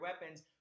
weapons